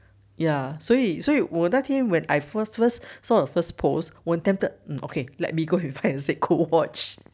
ya 所以所以我那天 when I first saw the first post 我很 tempted okay let me go and find said gold watch